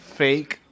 fake